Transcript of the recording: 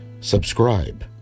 subscribe